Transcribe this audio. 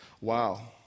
Wow